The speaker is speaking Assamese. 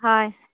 হয়